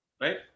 Right